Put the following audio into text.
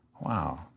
wow